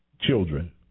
children